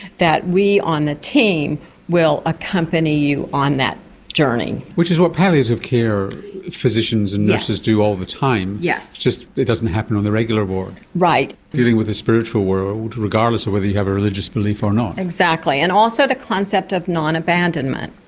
that we on the team will accompany you on that journey. which is what palliative care physicians and nurses do all the time, it's just it doesn't happen on the regular ward. yes, right. dealing with the spiritual world, regardless of whether you have a religious belief or not. exactly, and also the concept of non-abandonment.